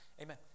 amen